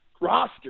roster